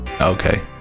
Okay